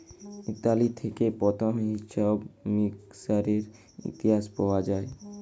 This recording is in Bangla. ইতালি থেক্যে প্রথম হিছাব মিকাশের ইতিহাস পাওয়া যায়